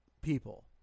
people